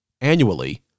Annually